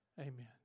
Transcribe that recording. Amen